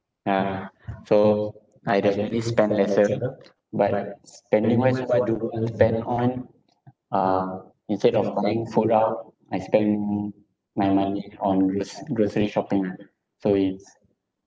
ya so I definitely spend lesser but spend on are instead of buying food out I spend my money on groc~ grocery shopping ah so it's